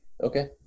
Okay